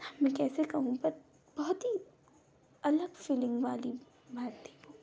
अब कैसे कहूँ बट बहुत ही अलग फ़ीलिंग वाली भय थी वो